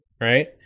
right